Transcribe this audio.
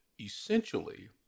essentially